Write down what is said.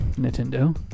Nintendo